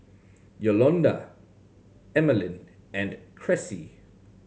Yolonda Emaline and Cressie